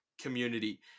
community